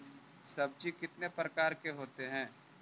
सब्जी कितने प्रकार के होते है?